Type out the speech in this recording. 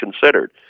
considered